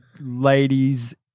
ladies